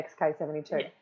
XK72